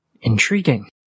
Intriguing